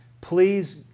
Please